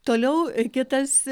toliau kitas